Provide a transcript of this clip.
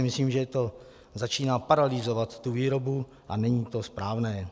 Myslím si, že to začíná paralyzovat výrobu a není to správné.